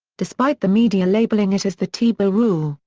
despite the media labeling it as the tebow rule,